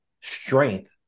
strength